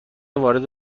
وارد